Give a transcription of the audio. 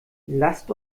lasst